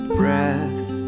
breath